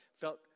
felt